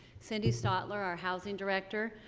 cindy stotler, our housing director,